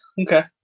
okay